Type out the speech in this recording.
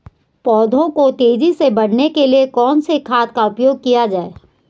पौधों को तेजी से बढ़ाने के लिए कौन से खाद का उपयोग किया जाए?